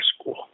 school